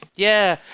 yeah.